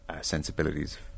sensibilities